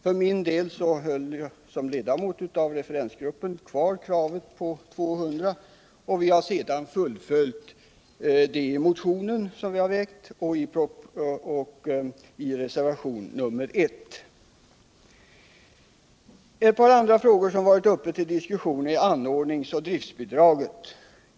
För min del höll jag som ledamot av referensgruppen kvar kravet på 200 platser, och vi har sedan fullföljt denna siffra i den motion vi väckt och i reservationen 1. Ett par andra frågor som varit uppe till diskussion är anordningsoch driftsbidraget.